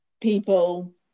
people